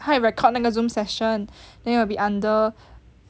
他会 record 那个 Zoom session then it will be under